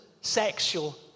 sexual